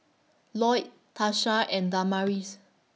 Loyd Tasha and Damaris